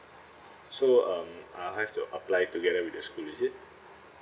so um I have to apply together with the school is it